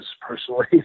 personally